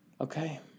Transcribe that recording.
Okay